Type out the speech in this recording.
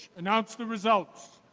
announce the results.